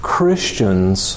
Christians